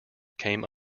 came